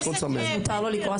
מותר לו לקרוע ספרים?